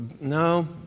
no